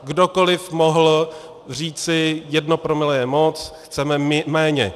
Kdokoliv mohl říci jedno promile je moc, chceme méně.